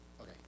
Okay